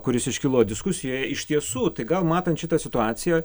kuris iškilo diskusijoje iš tiesų tai gal matant šitą situaciją